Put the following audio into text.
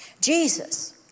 Jesus